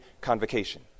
convocation